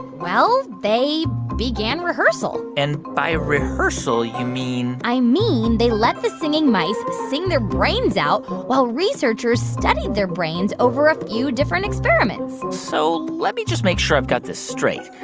well, they began rehearsal and by rehearsal, you mean. i mean, they let the singing mice sing their brains out while researchers studied their brains over a few different experiments so let me just make sure i've got this straight.